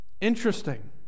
Interesting